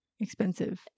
Expensive